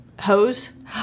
hose